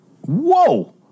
whoa